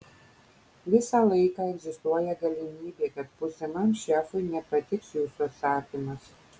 visą laiką egzistuoja galimybė kad būsimam šefui nepatiks jūsų atsakymas